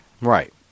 Right